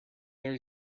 there